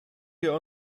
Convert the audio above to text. wir